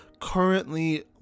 currently